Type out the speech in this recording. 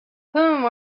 whom